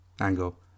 angle